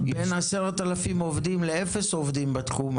בין 10,000 עובדים לאפס עובדים בתחום,